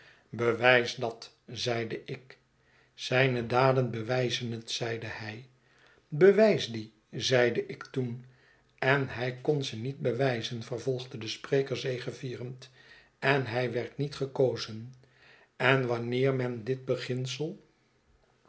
bewijs dat zeide ik zijne daden bewijzen het zeide hij bewijs die zeide ik toen en hij kon ze niet bewijzen vervolgde de spreker zegevierend en hij werd niet gekozen en wanneer men dit beginsel